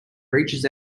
reaches